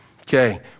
Okay